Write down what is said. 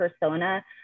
persona